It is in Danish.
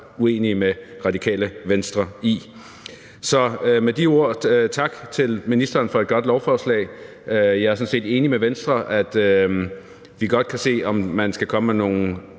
uenige med Radikale Venstre i. Så med de ord tak til ministeren for et godt lovforslag. Jeg er sådan set enig med Venstre i, at vi godt kan se på, om man skal komme med nogle